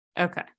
okay